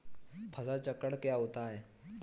फसल चक्रण क्या होता है?